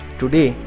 today